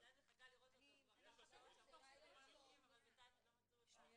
עדיין מחכה --- אבל בינתיים עוד לא מצאו אותה.